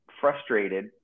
frustrated